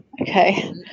Okay